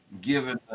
given